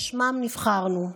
שלשמם נבחרנו.